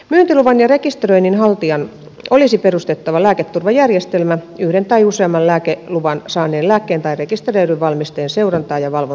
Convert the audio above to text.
myyntiluvan ja rekisteröinnin haltijan olisi perustettava lääketurvajärjestelmä yhden tai useamman myyntiluvan saaneen lääkkeen tai rekisteröidyn valmisteen seurantaa ja valvontaa varten